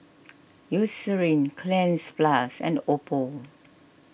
Eucerin Cleanz Plus and Oppo